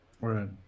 Right